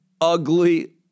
ugly